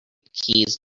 keys